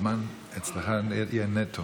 הזמן אצלך יהיה נטו.